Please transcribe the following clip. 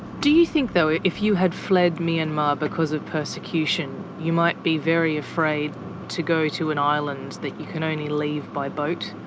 do you think though if you had fled myanmar because of persecution you might be very afraid to go to an island that you can only leave by boat.